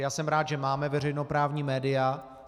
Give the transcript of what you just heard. Takže jsem rád, že máme veřejnoprávní média.